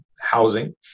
housing